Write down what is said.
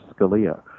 Scalia